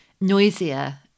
noisier